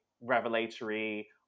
revelatory